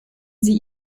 sie